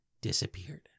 disappeared